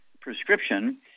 Prescription